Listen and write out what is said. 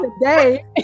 today-